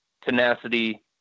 tenacity